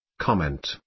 Comment